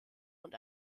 und